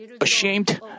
ashamed